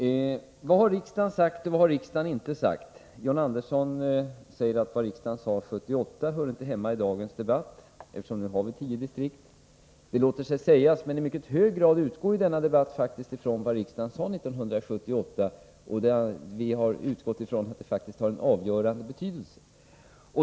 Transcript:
Vad har riksdagen sagt och vad har riksdagen inte sagt? John Andersson säger att vad riksdagen sade 1978 inte hör hemma i dagens debatt, eftersom vi nu har tio distrikt. Det låter sig sägas, men i mycket hög grad utgår denna debatt faktiskt från vad riksdagen sade 1978, och vi har förutsatt att det har en avgörande betydelse.